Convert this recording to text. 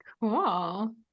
Cool